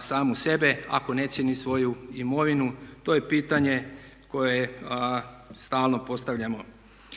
samu sebe, ako ne cijeni svoju imovinu? To je pitanje koje stalno postavljamo.